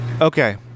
Okay